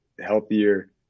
healthier